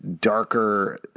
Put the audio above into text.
darker